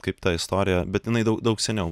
kaip ta istorija bet jinai daug daug seniau